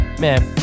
man